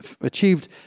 achieved